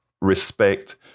respect